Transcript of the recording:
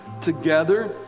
together